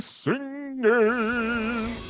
singing